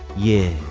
yeah.